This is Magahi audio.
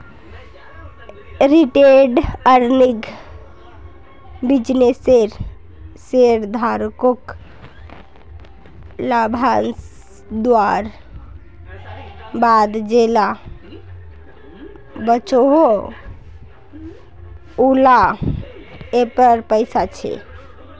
रिटेंड अर्निंग बिज्नेसेर शेयरधारकोक लाभांस दुआर बाद जेला बचोहो उला आएर पैसा छे